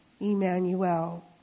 Emmanuel